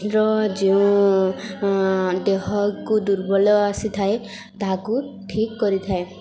ର ଯେଉଁ ଦେହକୁ ଦୁର୍ବଳ ଆସିଥାଏ ତାହାକୁ ଠିକ୍ କରିଥାଏ